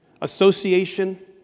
Association